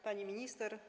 Pani Minister!